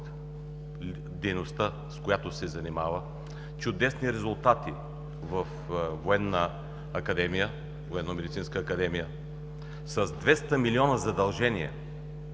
дейността, с която се занимава, чудесни резултати във Военномедицинска академия с 200 милиона задължения,